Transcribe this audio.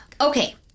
Okay